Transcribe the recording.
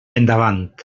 endavant